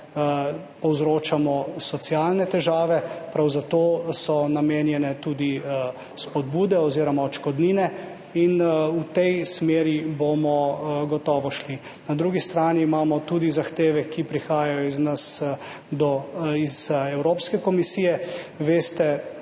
povzročamo socialne težave. Prav temu so namenjene tudi spodbude oziroma odškodnine in v tej smeri bomo gotovo šli. Na drugi strani imamo tudi zahteve, ki prihajajo iz Evropske komisije. Najbrž